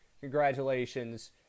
Congratulations